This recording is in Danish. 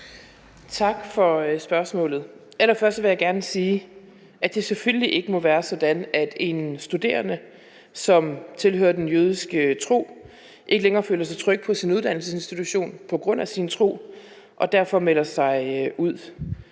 Tak for spørgsmålet. Allerførst vil jeg gerne sige, at det selvfølgelig ikke må være sådan, at en studerende, som tilhører den jødiske tro, ikke længere føler sig tryg på sin uddannelsesinstitution på grund af sin tro og derfor melder sig ud.